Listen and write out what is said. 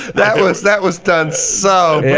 that was that was done so yeah